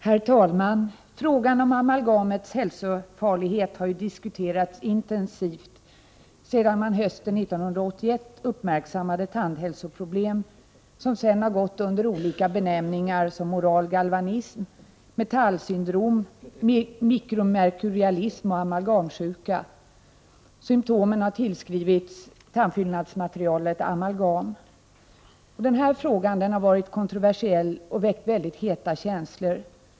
Herr talman! Frågan om amalgamets hälsofarlighet har diskuterats intensivt sedan man hösten 1981 uppmärksammade tandhälsoproblem som gått under olika benämningar som oral galvanism, metallsyndrom, mikromerkurialism och amalgamsjuka. Symtomen har tillskrivits tandfyllnadsmaterialet amalgam. Frågan har varit kontroversiell och väckt heta känslor.